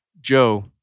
Joe